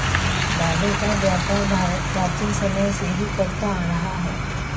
दालों का व्यापार भारत प्राचीन समय से ही करता आ रहा है